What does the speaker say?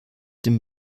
dem